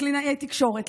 לקלינאי התקשורת,